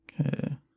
Okay